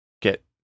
get